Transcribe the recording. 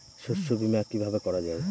শস্য বীমা কিভাবে করা যায়?